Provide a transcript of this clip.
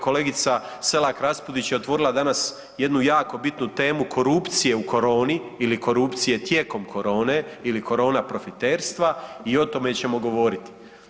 Kolegica Selak Raspudić je otvorila danas jednu jako bitnu temu korupcije u koroni ili korupcije tijekom korone ili korona profiterstva i o tome ćemo govoriti.